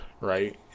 right